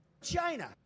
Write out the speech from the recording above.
China